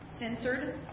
Censored